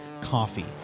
coffee